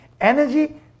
Energy